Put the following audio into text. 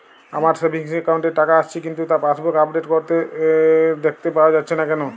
আমার savings account এ টাকা আসছে কিন্তু তা পাসবুক আপডেট করলে দেখতে পাওয়া যাচ্ছে না কেন?